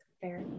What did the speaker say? fair